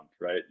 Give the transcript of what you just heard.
right